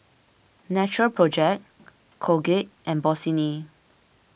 Natural Project Colgate and Bossini